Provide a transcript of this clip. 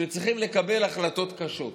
שצריכים לקבל החלטות קשות,